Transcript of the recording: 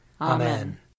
Amen